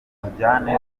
bamujyane